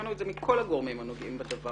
שמענו את זה מכל הגורמים הנוגעים בדבר,